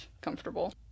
comfortable